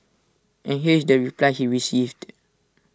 and here is the reply he received